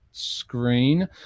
screen